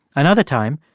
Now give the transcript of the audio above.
another time,